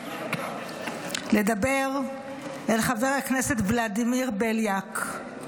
לדבר אל חבר הכנסת ולדימיר בליאק,